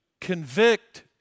convict